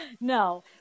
No